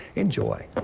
enjoy.